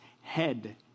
head